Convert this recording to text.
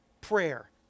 prayer